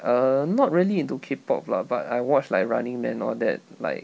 err not really into K pop lah but I watch like running man all that like